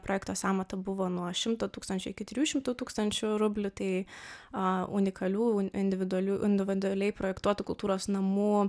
projekto sąmata buvo nuo šimto tūkstančių iki trijų šimtų tūkstančių rublių tai a unikalių individualių individualiai projektuotų kultūros namų